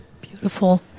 Beautiful